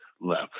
Left